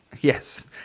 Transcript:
Yes